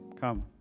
come